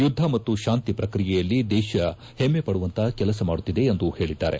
ಯುದ್ದ ಮತ್ತು ಶಾಂತಿ ಪ್ರಕ್ರಿಯೆಯಲ್ಲಿ ದೇಶ ಹೆಮ್ನೆ ಪಡುವಂತ ಕೆಲಸ ಮಾಡುತ್ತಿದೆ ಎಂದು ಹೇಳದ್ದಾರೆ